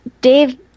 Dave